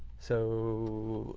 so,